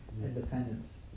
independence